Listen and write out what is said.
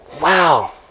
Wow